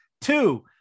Two